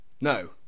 no